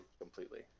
completely